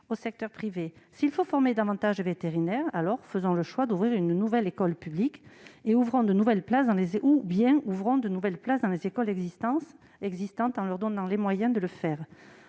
au secteur privé. S'il faut former davantage de vétérinaires, faisons le choix d'ouvrir une nouvelle école publique ou ouvrons de nouvelles places dans les écoles existantes en leur donnant les moyens de le faire.